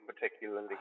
particularly